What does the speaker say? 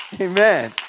Amen